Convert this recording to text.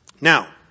Now